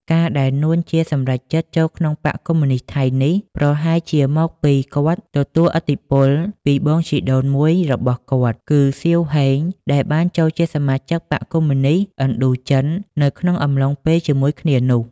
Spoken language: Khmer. ការណ៍ដែល នួន ជា សម្រេចចិត្តចូលក្នុងបក្សកុម្មុយនិស្តថៃនេះ ប្រហែលជាមកពីគាត់ទទួលឥទ្ធិពលពីបងជីដូនមួយរបស់គាត់ គឺ សៀវ ហេង ដែលបានចូលជាសមាជិកបក្សកុម្មុយនិស្តឥណ្ឌូចិន នៅក្នុងអំឡុងពេលជាមួយគ្នានោះ។